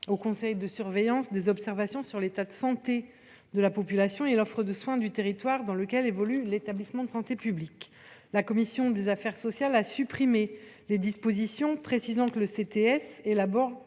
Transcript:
au conseil de surveillance des observations sur l’état de santé de la population et l’offre de soins du territoire dans lequel évolue l’établissement de santé publique. La commission des affaires sociales a supprimé les dispositions précisant que le CTS élabore